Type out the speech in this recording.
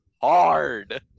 hard